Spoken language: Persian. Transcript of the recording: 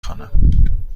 خوانم